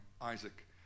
Isaac